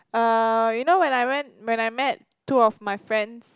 uh you know when I went when I met two of my friends